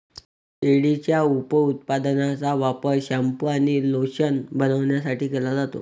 शेळीच्या उपउत्पादनांचा वापर शॅम्पू आणि लोशन बनवण्यासाठी केला जातो